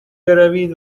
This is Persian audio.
بروید